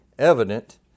evident